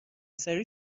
سریع